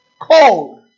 Cold